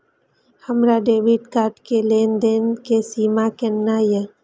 हमार debit card के लेन देन के सीमा केतना ये?